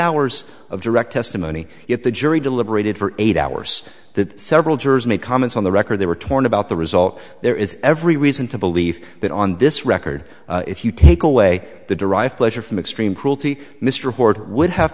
hours of direct testimony yet the jury deliberated for eight hours that several jurors made comments on the record they were torn about the result there is every reason to believe that on this record if you take away the derive pleasure from extreme cruelty mr ford would have